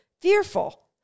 fearful